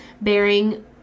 bearing